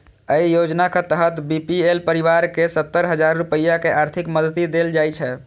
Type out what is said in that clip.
अय योजनाक तहत बी.पी.एल परिवार कें सत्तर हजार रुपैया के आर्थिक मदति देल जाइ छै